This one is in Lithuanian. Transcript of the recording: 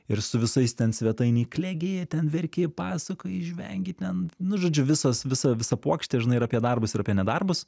ir su visais ten svetainėj klegi ten verki pasakoji žvengi ten nu žodžiu visos visa visa puokštė žinai ir apie darbus ir apie ne darbus